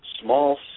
small